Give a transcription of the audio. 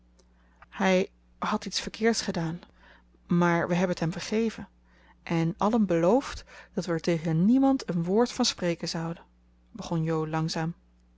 hij had iets verkeerds gedaan maar we hebben het hem vergeven en allen beloofd dat we er tegen niemand een woord van spreken zouden begon jo langzaam